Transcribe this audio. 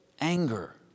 anger